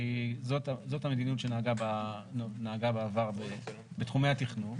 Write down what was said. כי זאת המדיניות שנהגה בעבר בתחומי התכנון,